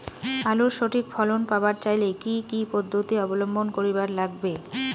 আলুর সঠিক ফলন পাবার চাইলে কি কি পদ্ধতি অবলম্বন করিবার লাগবে?